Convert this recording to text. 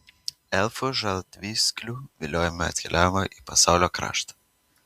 elfų žaltvykslių viliojami atkeliavote į pasaulio kraštą